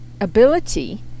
ability